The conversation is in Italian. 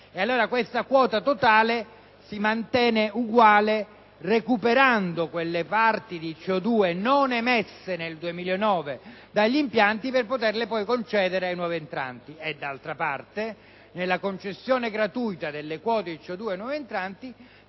dunque la quota totale si mantiene uguale, recuperando le quote di CO2 non emesse dagli impianti nel 2009, per poterle poi concedere ai nuovi entranti. D'altra parte, nella concessione gratuita delle quote di CO2 ai nuovi entranti,